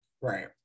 right